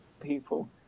people